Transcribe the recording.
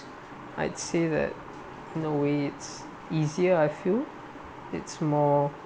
I'd say that no way is easier I feel it's more